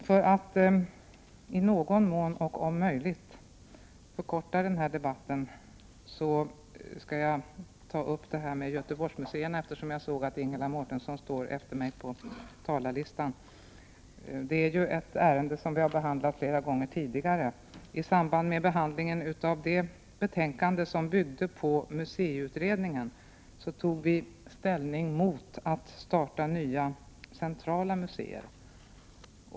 För att i någon mån om möjligt förkorta den här debatten skall jag nu ta upp frågan om Göteborgsmuseerna, eftersom jag ser att Ingela Mårtensson står efter mig på talarlistan. Detta är ett ärende som vi behandlat flera gånger tidigare. I samband med behandlingen av det betänkande som byggde på museiutredningen tog vi ställning mot att starta nya centrala museer.